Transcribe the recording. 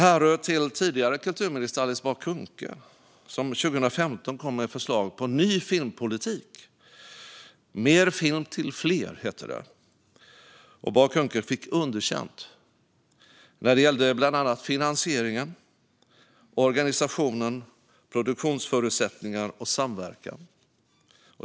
Dåvarande kulturminister Alice Bah Kuhnke kom 2015 med förslag på ny filmpolitik, Mer film till fler, men fick underkänt på bland annat finansiering, organisation, produktionsförutsättningar och samverkan.